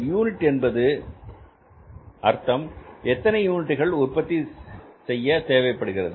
unit என்பதன் அர்த்தம் எத்தனை யூனிட்டுகள் உற்பத்தி செய்ய தேவைப்படுகிறது